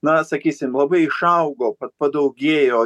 na sakysim labai išaugo padaugėjo